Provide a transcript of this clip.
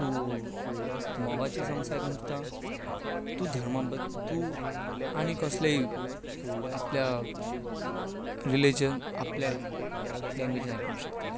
तूंं मोगाचें सोंग्स आयकूंक शकता तूं धर्मा बद्दल तूं आनी कसलेंय आपल्या रिलिजन आपल्या लॅंग्वेजीन आयकूंक शकता